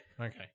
Okay